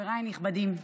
חבריי הנכבדים,